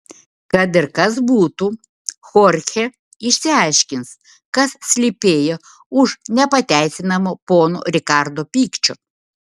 kad ir kas būtų chorchė išsiaiškins kas slypėjo už nepateisinamo pono rikardo pykčio